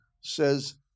says